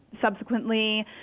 subsequently